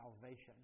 salvation